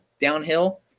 downhill